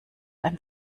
ein